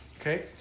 Okay